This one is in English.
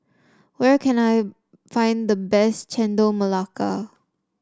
where can I find the best Chendol Melaka